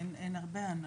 אין הרבה.